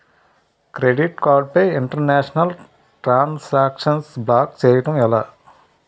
Credit card పై international transaction block చేయటం ఎలా?